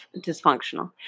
dysfunctional